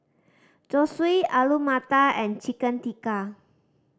Zosui Alu Matar and Chicken Tikka